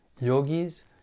Yogis